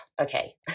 Okay